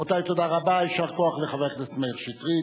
רבותי, תודה רבה, יישר כוח לחבר הכנסת מאיר שטרית.